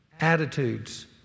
attitudes